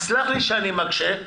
תסלח לי שאני מקשה.